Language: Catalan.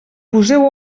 poseu